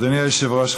אדוני היושב-ראש,